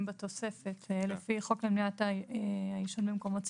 בתוספת לפי החוק למניעת העישון במקומות ציבוריים.